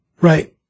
Right